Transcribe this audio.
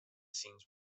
scenes